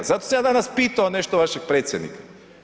Zato sam ja danas pitao nešto vašeg predsjednika.